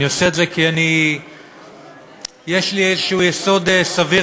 אני עושה את זה כי יש לי איזה יסוד סביר